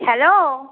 hello